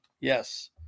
yes